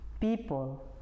people